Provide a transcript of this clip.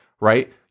right –